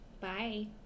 Bye